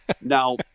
Now